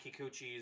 kikuchi's